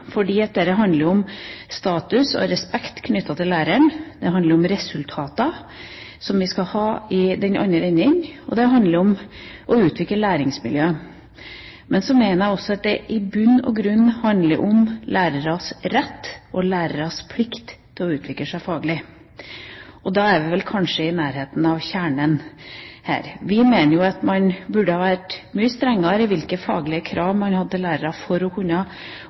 handler om status og respekt knyttet til læreren. Det handler om resultater som vi skal ha i den andre enden, og det handler om å utvikle læringsmiljø. Men så mener jeg også at det i bunn og grunn handler om læreres rett og læreres plikt til å utvikle seg faglig, og da er vi kanskje i nærheten av kjernen her. Vi mener jo at man burde ha vært mye strengere med hensyn til hvilke faglige krav man har til lærere for å kunne